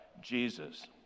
Jesus